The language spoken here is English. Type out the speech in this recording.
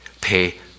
pay